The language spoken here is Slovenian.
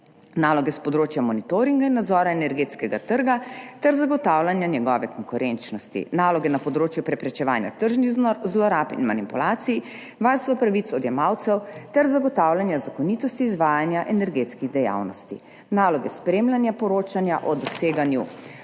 naloge s področja monitoringa in nadzora energetskega trga ter zagotavljanja njegove konkurenčnosti, naloge na področju preprečevanja tržnih zlorab in manipulacij, varstva pravic odjemalcev ter zagotavljanja zakonitosti izvajanja energetskih dejavnosti, naloge spremljanja poročanja o doseganju